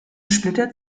splitter